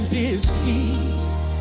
disease